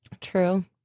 True